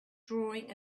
drawing